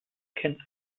kennt